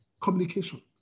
communication